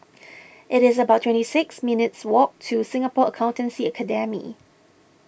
it's about twenty six minutes' walk to Singapore Accountancy Academy